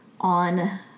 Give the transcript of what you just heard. on